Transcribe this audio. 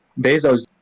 Bezos